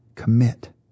Commit